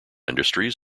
industries